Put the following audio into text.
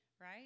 right